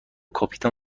کاپیتان